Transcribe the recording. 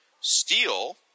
Steel